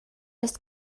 oes